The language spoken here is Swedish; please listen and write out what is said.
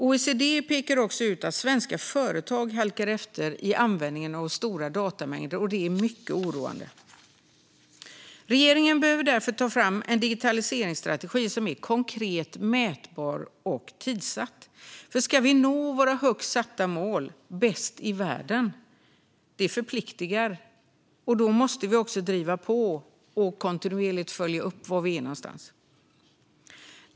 OECD pekar också ut att svenska företag halkar efter i användningen av stora datamängder. Detta är mycket oroande. Regeringen behöver därför ta fram en digitaliseringsstrategi som är konkret, mätbar och tidsatt. Om vi ska nå våra högt satta mål - bäst i världen, vilket förpliktar - måste vi driva på och kontinuerligt följa upp var vi är någonstans.